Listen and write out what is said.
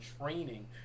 training